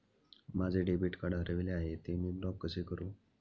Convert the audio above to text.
माझे debit card हरविले आहे, ते मी ब्लॉक कसे करु?